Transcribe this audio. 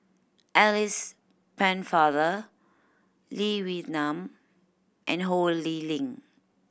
Alice Pennefather Lee Wee Nam and Ho Lee Ling